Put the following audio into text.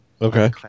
Okay